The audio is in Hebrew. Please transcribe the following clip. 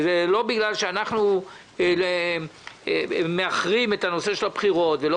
בגלל שאנחנו מאחרים את הבחירות ולא